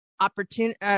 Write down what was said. opportunity